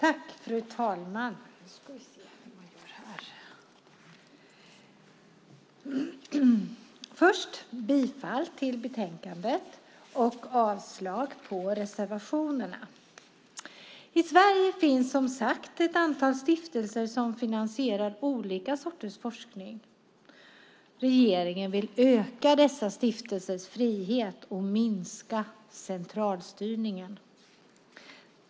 Fru talman! Jag börjar med att yrka bifall till förslaget i betänkandet och avslag på reservationerna. I Sverige finns det, som sagt, ett antal stiftelser som finansierar olika sorters forskning. Regeringen vill öka dessa stiftelsers frihet och minska centralstyrningen.